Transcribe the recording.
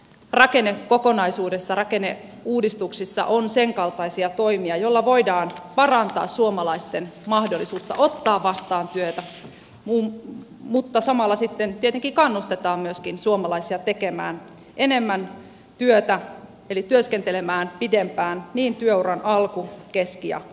tästä syystä rakennekokonaisuudessa rakenneuudistuksessa on senkaltaisia toimia joilla voidaan parantaa suomalaisten mahdollisuutta ottaa vastaan työtä mutta samalla sitten tietenkin kannustetaan suomalaisia myöskin tekemään enemmän työtä eli työskentelemään pidempään työuran alku keski ja loppupäässä